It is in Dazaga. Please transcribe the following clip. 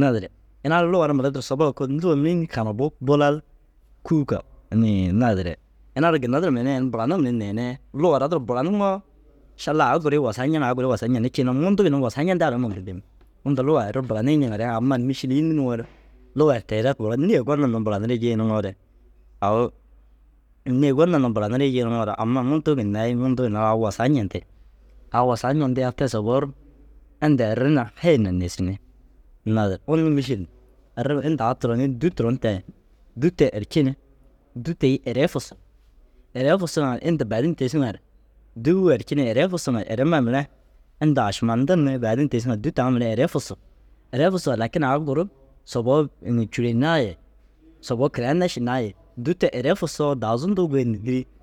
Naazire ina ara luga ara mura duro sob oko luga mire înni? Kamebu bulal kûka inii naazire. Ina ara ginna duro meenaa ini buranim ni neene luga ara duro buranuŋoo šalla au gurii wasaa ñeŋ au gurii wasaa ñenni. Ciina munduu ginna wasaa ñendigaare mundu bin. Inda lugaa errim buranii ñiŋare ama mîšil înni nuŋoore? Lugaa teere bura nêe gonir ni buranirii jii nuŋoore au nêe gonir ni buraniri jii nuŋoore ama munduu ginnai munduu ginna au wasaa ñente. Au wasaa ñentiyaa te sobou ru inda erri na hêen na niisinni. Naazire unnu mîšil errim inta au turonii dû turon tayi. Dû te erci ni dû tê-i erei fusu. Erei fusuŋa inta baadin tiisiŋar dûu erei ni fusuŋar erema mire inta ašimandin ni baadin tiisiŋa dû taŋa mire erci ni eree fusuŋa erema mire inta ašiman dintin ni baadin tiisiŋa dû taŋa mire eree fusu. Eree fusuŋa lakin au guru sobou inii cûroinnaa ye sobou kiraine šinna ye dû te erei fusoo dau zunduu goyindu dîrii